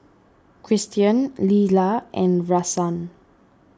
Christian Leyla and Rahsaan